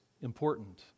important